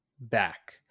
back